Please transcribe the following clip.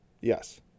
Yes